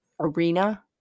arena